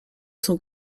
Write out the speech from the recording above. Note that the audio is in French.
son